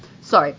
Sorry